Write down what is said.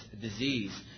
disease